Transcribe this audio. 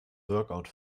workout